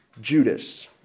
Judas